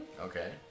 Okay